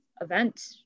event